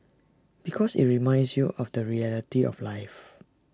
because IT reminds you of the reality of life